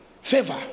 Favor